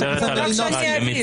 רק שאני אבין.